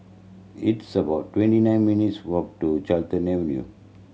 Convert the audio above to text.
it's about twenty nine minutes' walk to Carlton Avenue